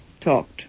talked